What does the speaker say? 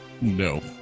No